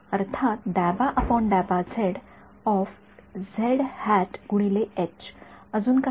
अर्थात अजून काही